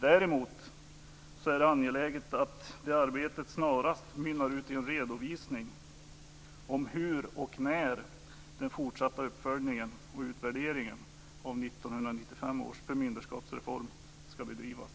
Däremot är det angeläget att det arbetet snarast mynnar ut i en redovisning om hur och när den fortsatta uppföljningen och utvärderingen av 1995 års förmyndarskapsreform skall bedrivas.